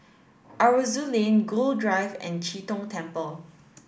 Aroozoo Lane Gul Drive and Chee Tong Temple